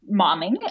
momming